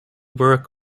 work